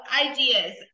ideas